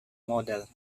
model